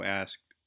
asked